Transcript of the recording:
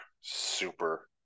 super